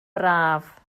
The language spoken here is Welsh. braf